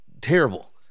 Terrible